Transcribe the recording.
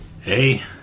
Hey